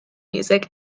music